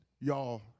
y'all